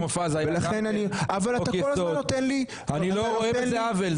אני לא רואה בזה עוול.